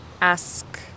Ask